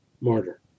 martyr